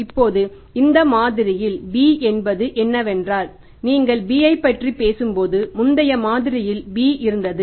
இப்போது இந்த மாதிரியில் b என்பது என்னவென்றால் நீங்கள் b ஐப் பற்றி பேசும்போது முந்தைய மாதிரியில் b இருந்தது